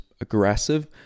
aggressive